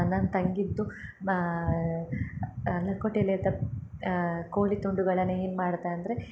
ನನ್ನ ತಂಗಿದ್ದು ಲಕೋಟೆಯಲ್ಲಿದ್ದ ಕೋಳಿ ತುಂಡುಗಳನ್ನ ಏನು ಮಾಡ್ದೆ ಅಂದರೆ